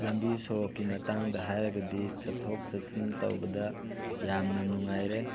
ꯂꯝꯕꯤ ꯁꯣꯔꯣꯛꯀꯤ ꯃꯇꯥꯡꯗ ꯍꯥꯏꯔꯒꯗꯤ ꯆꯠꯊꯣꯛ ꯆꯠꯁꯤꯟ ꯇꯧꯕꯗ ꯌꯥꯝꯅ ꯅꯨꯡꯉꯥꯏꯔꯦ